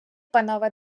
панове